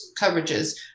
coverages